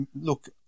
Look